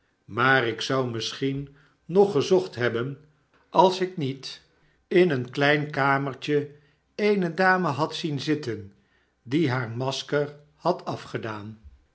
maar ik zou misschien nog gezocht hebben als ik niet in een klein kamertje eene dame had zien zitten die haar masker had afgedaan